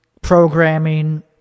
programming